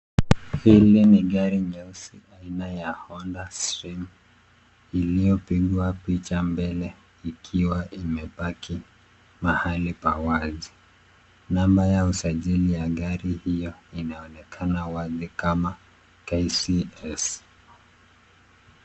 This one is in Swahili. Hili ni gari nyeusi aina ya Honda stream iliyopigwa picha mbele ikiwa imepaki mahali pa wazi. Namba ya usajili ya gari hio inaonekana wazi kama KCS.